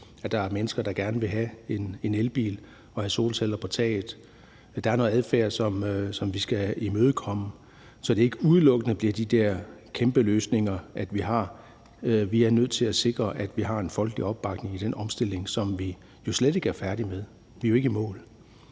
at der er mennesker, der gerne vil have en elbil og have solceller på taget. Der er noget adfærd, som vi skal have imødekommet, så det ikke udelukkende bliver de der kæmpe løsninger, vi har. Vi er nødt til at sikre, at vi har en folkelig opbakning i den omstilling, som vi jo slet ikke er færdige med. Vi er jo ikke i mål.